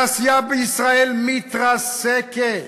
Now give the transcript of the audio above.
התעשייה בישראל מתרסקת,